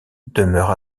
demeure